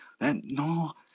No